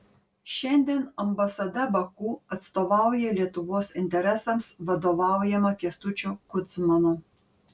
šiandien ambasada baku atstovauja lietuvos interesams vadovaujama kęstučio kudzmano